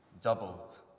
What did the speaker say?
doubled